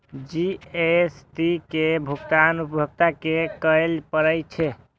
GST के भुगतान उपभोक्ता कें करय पड़ै छै